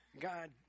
God